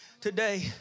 today